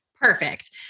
Perfect